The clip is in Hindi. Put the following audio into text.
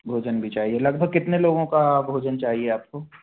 भोजन भी चाहिए लगभग कितने लोगों का भोजन चाहिए आपको